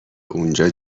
اونجا